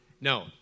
No